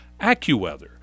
AccuWeather